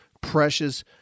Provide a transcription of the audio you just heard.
precious